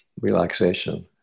relaxation